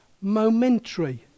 momentary